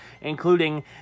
including